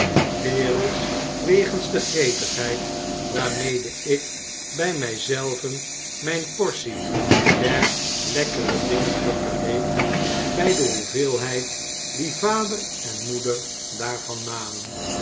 wereldsch wegens de gretigheid waarmede ik bij my zelven myn portie der lekkere dingen vergeleek by de hoeveelheid die vader en moeder daarvan namen